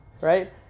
Right